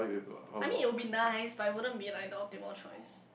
I mean it will be nice but it wouldn't be like the optimal choice